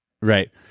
Right